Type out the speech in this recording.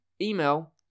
email